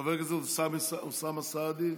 חבר הכנסת אוסאמה סעדי,